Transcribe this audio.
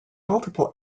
multiple